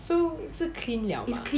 so 是 clean 了吗